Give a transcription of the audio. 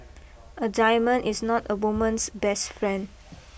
a diamond is not a woman's best friend